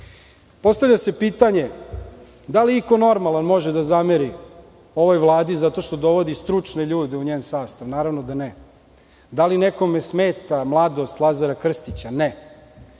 zaustavi. Postavlja se pitanje da li iko normalan može da zameri ovoj Vladi zato što dovodi stručne ljude u njen sastav? Naravno da ne. Da li nekome smeta mladost Lazara Krstića? Ne.